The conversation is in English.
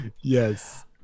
yes